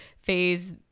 phase